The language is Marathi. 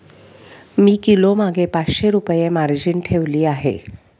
मी किलोमागे पाचशे रुपये मार्जिन ठेवली आहे